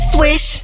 Swish